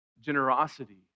Generosity